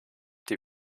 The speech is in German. die